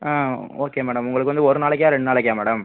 ஆ okay madam உங்களுக்கு வந்து ஒரு நாளைக்கா ரெண்டு நாளைக்கா மேடம்